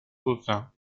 bovin